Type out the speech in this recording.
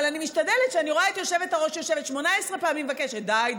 אבל אני משתדלת כשאני רואה את היושבת-ראש 18 פעמים מבקשת: די,